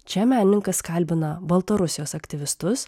čia menininkas kalbina baltarusijos aktyvistus